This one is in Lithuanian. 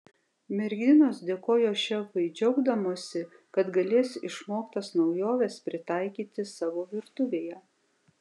merginos dėkojo šefui džiaugdamosi kad galės išmoktas naujoves pritaikyti savo virtuvėje